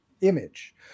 image